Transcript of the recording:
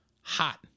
hot